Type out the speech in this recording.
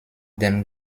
dem